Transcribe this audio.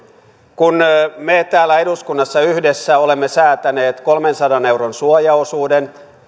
kun me täällä eduskunnassa yhdessä olemme säätäneet kolmensadan euron suojaosuuden